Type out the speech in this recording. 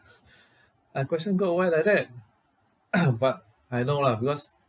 and I question god why like that but I know lah because